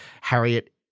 Harriet